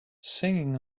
singing